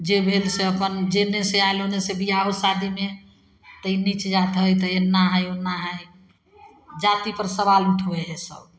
जे भेल से अपन जेन्ने से आएल ओन्ने से बिआहो शादीमे तऽ ई नीच जाति हइ तऽ एना हइ ओना हइ जातिपर सवाल उठबै हइ सभ